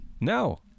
No